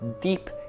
deep